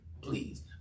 please